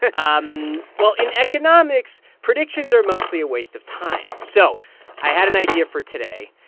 um well, in economics, predictions are mostly a waste of time, so i had an idea for today.